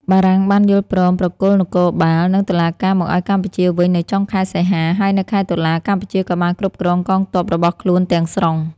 បារាំងបានយល់ព្រមប្រគល់នគរបាល និងតុលាការមកឱ្យកម្ពុជាវិញនៅចុងខែសីហា ហើយនៅខែតុលា កម្ពុជាក៏បានគ្រប់គ្រងកងទ័ពរបស់ខ្លួនទាំងស្រុង។